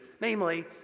namely